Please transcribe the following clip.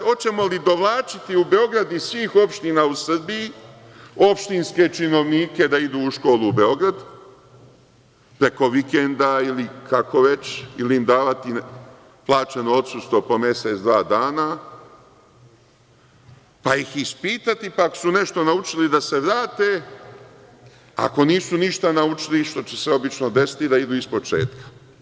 Hoćemo li dovlačiti u Beograd iz svih opština u Srbiji opštinske činovnike da idu u školu u Beograd, preko vikenda ili će im se davati plaćeno odsustvo po mesec, dva dana, pa ih ispitati, pa ako su nešto naučili da se vrate, a ako nisu ništa naučili, što će se obično desiti, da idu ispočetka?